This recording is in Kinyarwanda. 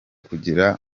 kugira